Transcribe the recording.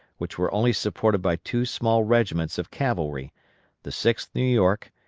which were only supported by two small regiments of cavalry the sixth new york,